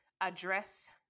address